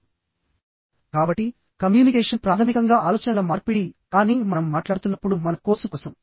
కాబట్టి కమ్యూనికేషన్ ప్రాథమికంగా ఆలోచనల మార్పిడి కానీ మనం మాట్లాడుతున్నప్పుడు మన కోర్సు కోసం